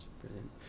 Brilliant